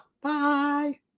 Bye